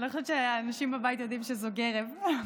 אני לא חושבת שאנשים בבית יודעים שזאת גרב.